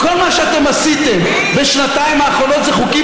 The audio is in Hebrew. כל מה שאתם עשיתם בשנתיים האחרונות זה חוקים